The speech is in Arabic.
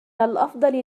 الأفضل